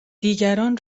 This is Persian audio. دیگران